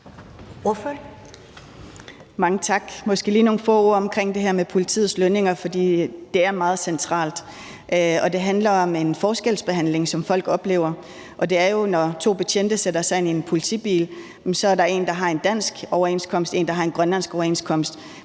Mange tak. Jeg vil måske lige sige nogle få ord om det her med politiets lønninger, for det er meget centralt, og det handler om en forskelsbehandling, som folk oplever. Det handler jo om, at når to betjente sætter sig ind i en politibil, er der en, der har en dansk overenskomst, og en, der har en grønlandsk overenskomst.